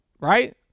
Right